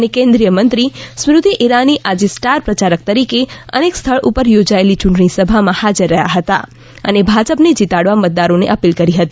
પાટિલ અને કેન્દ્રિય મંત્રી સ્મૂતિ ઈરાની આજે સ્ટાર પ્રચારક તરીકે અનેક સ્થળ ઉપર યોજાયેલી ચૂંટણી સભા માં હાજર રહ્યા હતા અને ભાજપ ને જિતાડવા મતદારો ને અપીલ કરી હતી